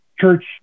church